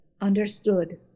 understood